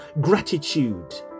gratitude